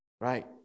right